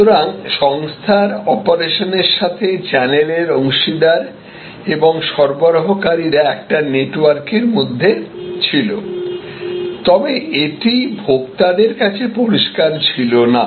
সুতরাং সংস্থার অপারেশনের সাথে চ্যানেলের অংশীদার এবং সরবরাহকারীরা একটি নেটওয়ার্কের মধ্যে ছিল তবে এটি ভোক্তাদের কাছে পরিষ্কার ছিল না